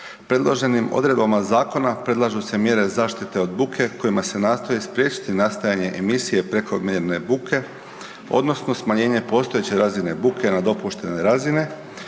Predloženim odredbama zakona predlažu se mjere zaštite od buke kojima se nastoji spriječiti nastajanje emisije prekomjerne buke odnosno smanjenje postojeće razine buke na dopuštene razine